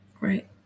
right